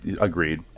Agreed